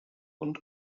und